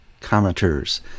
Commenters